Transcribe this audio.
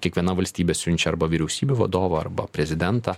kiekviena valstybė siunčia arba vyriausybių vadovų arba prezidentą